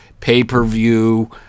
Pay-per-view